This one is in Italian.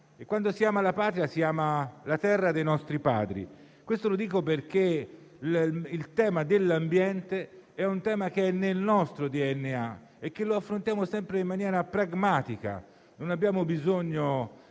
E, quando si ama la patria, si ama la terra dei nostri padri: questo lo dico perché il tema dell'ambiente è nel nostro DNA e lo affrontiamo sempre in maniera pragmatica. Non abbiamo bisogno